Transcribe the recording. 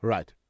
Right